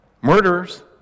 Murderers